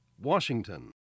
Washington